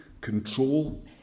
control